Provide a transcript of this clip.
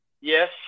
Yes